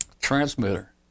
transmitter